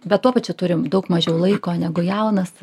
bet tuo pačiu turi daug mažiau laiko negu jaunas